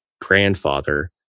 grandfather